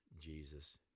Jesus